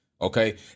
Okay